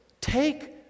take